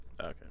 Okay